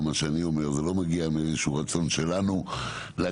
מה שאני אומר לא מגיע מאיזה שהוא רצון שלנו להגדיל,